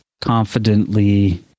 confidently